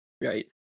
right